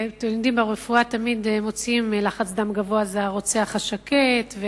ברפואה תמיד מוצאים שלחץ דם גבוה זה הרוצח השקט.